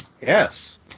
Yes